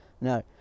no